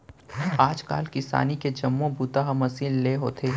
आज काल किसानी के जम्मो बूता ह मसीन ले होथे